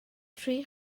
tri